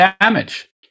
damage